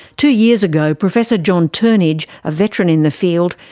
two years ago professor john turnidge, a veteran in the field,